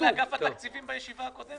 אתה אמרת את זה לאגף התקציבים בישיבה הקודמת.